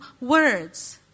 Words